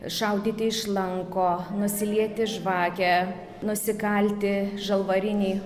šaudyti iš lanko nusilieti žvakę nusikalti žalvarinį